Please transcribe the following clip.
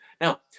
Now